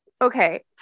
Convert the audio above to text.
Okay